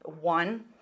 one